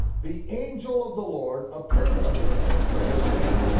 the angel of the lord appeared unto him in a dream, saying,